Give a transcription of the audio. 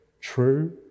true